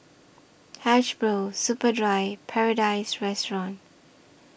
Hasbro Superdry Paradise Restaurant